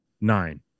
nine